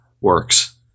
works